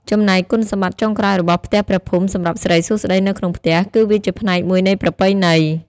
ចំណែកគុណសម្បត្តិចុងក្រោយរបស់ផ្ទះព្រះភូមិសម្រាប់សិរីសួស្តីនៅក្នុងផ្ទះ គឺវាជាផ្នែកមួយនៃប្រពៃណី។